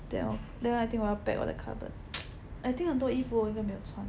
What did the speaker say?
then hor then I think 我要 pack 我的 cupboard I think 很多衣服我都没有穿